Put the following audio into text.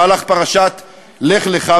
פרשת לך לך,